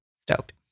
stoked